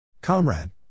Comrade